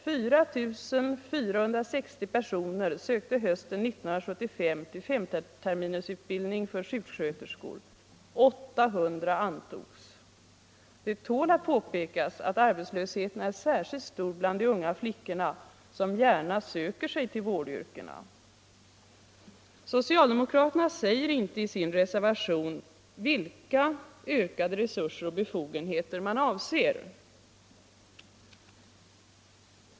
4460 personer sökte hösten 1975 till femterminersutbildning för sjuksköterskor. 800 antogs. Det tål att påpekas att arbetslösheten är särskilt stor bland de unga flickorna, som gärna söker sig till vårdyrkena. Socialdemokraterna säger inte i sin reservation vilka ökade resurser och befogenheter man avser.